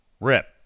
Rip